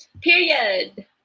Period